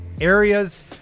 areas